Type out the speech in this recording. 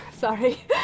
sorry